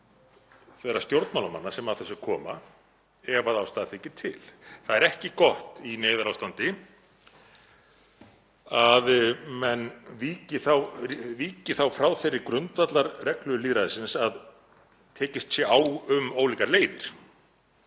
þeirra stjórnmálamanna sem að þessu koma ef ástæða þykir til. Það er ekki gott í neyðarástandi að menn víki þá frá þeirri grundvallarreglu lýðræðisins að tekist sé á um ólíkar leiðir,